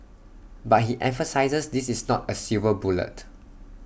but he emphasises this is not A silver bullet